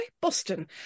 Boston